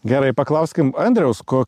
gerai paklauskim andriaus ko